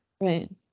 Right